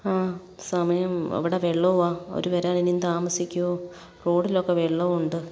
ആ സമയം ഇവിടെ വെള്ളവുമാണ് അവർ വരാൻ ഇനിയും താമസിക്കുമോ റോഡിലൊക്കെ വെള്ളവും ഉണ്ട്